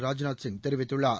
ராஜ்நாத் சிங் தெரிவித்துள்ளார்